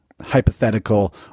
hypothetical